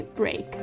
break